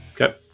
Okay